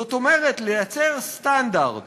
זאת אומרת, לייצר סטנדרט